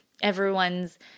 Everyone's